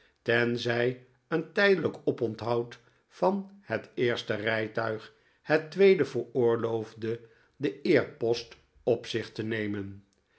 tenzij een tijdelijk oponthoud van het eerste rijtuig het tweede veroorloofde de eerepost op zich te nemen